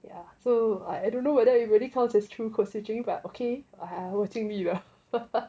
ya so I don't know whether it really counts as true code switching but okay !wah! 我尽力了